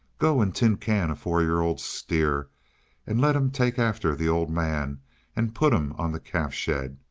go and tin-can a four-year-old steer and let him take after the old man and put him on the calf shed,